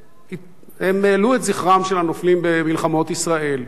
והם העלו את זכרם של הנופלים במלחמות ישראל.